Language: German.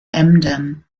emden